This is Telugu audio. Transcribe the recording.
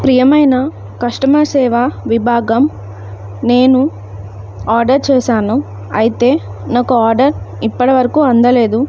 ప్రియమైన కస్టమర్ సేవ విభాగం నేను ఆర్డర్ చేశాను అయితే నాకు ఆర్డర్ ఇప్పటివరకు అందలేదు